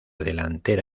delantera